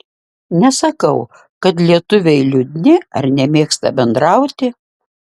nesakau kad lietuviai liūdni ar nemėgsta bendrauti